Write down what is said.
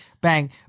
bang